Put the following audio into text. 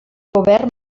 govern